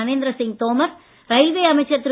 Narendra Singh Tomar railway அமைச்சர் திரு